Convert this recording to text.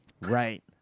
Right